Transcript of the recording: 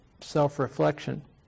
self-reflection